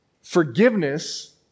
Forgiveness